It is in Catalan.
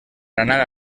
anar